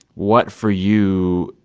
what, for you,